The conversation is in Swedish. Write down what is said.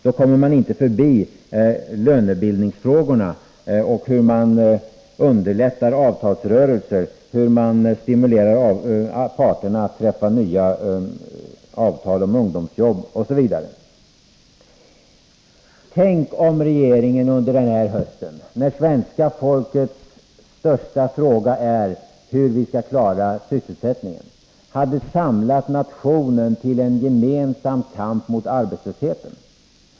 Man kommer inte förbi lönebildningsfrågorna och hur man underlättar avtalsrörelsen, hur man stimulerar parterna att träffa nya avtal om ungdomsjobb, osv. Tänk om regeringen under denna höst, när svenska folkets största fråga är hur vi skall klara sysselsättningen, hade samlat nationen till en gemensam kamp mot arbetslösheten!